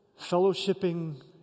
fellowshipping